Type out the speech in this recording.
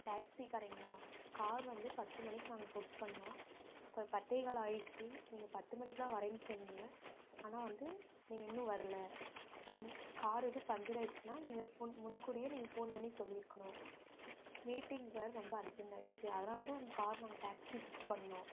டேக்சிகாரங்களா car வந்து பத்து மணிக்கு நாங்கள் புக் பண்ணிணோம் இப்போ பத்தே கால் ஆகிட்ச்சு நீங்கள் பத்து மணிக்கெலாம் வரேன்னு சொன்னிங்க ஆனால் வந்து நீங்கள் இன்னும் வரலை நீங்கள் காருக்கு பஞ்சர் ஆகிட்ச்சுனா நீங்கள் ஃபோன் முன்கூட்டியே நீங்கள் ஃபோன் பண்ணி சொல்லியிருக்கணும் மீட்டிங்க்கு வேறு ரொம்ப அர்ஜென்ட் ஆகிட்ச்சு அதனால தான் உங்கள் கார் நாங்கள் டேக்சி புக் பண்ணிணோம்